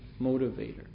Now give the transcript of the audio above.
motivator